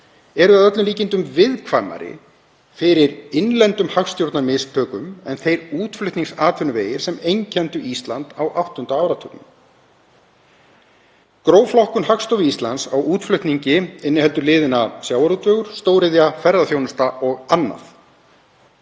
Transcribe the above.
eru að öllum líkindum viðkvæmari fyrir innlendum hagstjórnarmistökum en þeir útflutningsatvinnuvegir sem einkenndu Ísland á áttunda áratugnum. Grófflokkun Hagstofu Íslands á útflutningi inniheldur liðina sjávarútvegur, stóriðja, ferðaþjónusta og annað.